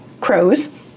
crows